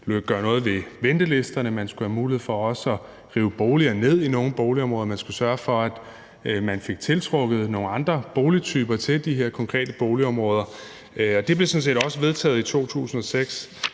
gøre noget ved ventelisterne, at man også skulle have mulighed for at rive boliger ned i nogle boligområder, og at man skulle sørge for at tiltrække nogle andre beboere til de her konkrete boligområder. Det blev sådan set også vedtaget i 2006.